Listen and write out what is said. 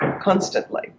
constantly